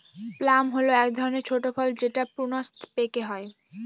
plum হল এক ধরনের ছোট ফল যেটা প্রুনস পেকে হয়